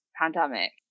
pandemic